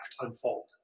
unfold